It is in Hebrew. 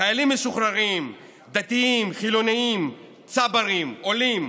חיילים משוחררים, דתיים, חילונים, צברים, עולים,